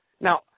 Now